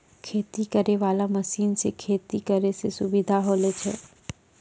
खेती करै वाला मशीन से खेती करै मे सुबिधा होलो छै